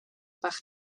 bach